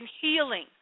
healing